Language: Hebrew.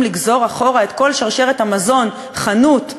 לגזור אחורה את כל שרשרת המזון: חנות,